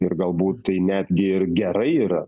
ir galbūt tai netgi ir gerai yra